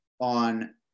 on